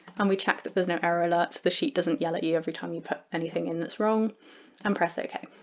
and we check that there's no error alert so the sheet doesn't yell at you every time you put anything in that's wrong and press ok.